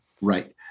Right